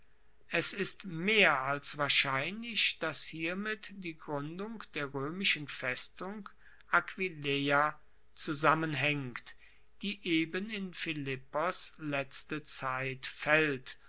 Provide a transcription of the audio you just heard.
es ist mehr als wahrscheinlich dass hiermit die gruendung der roemischen festung aquileia zusammenhaengt die eben in philippos letzte zeit faellt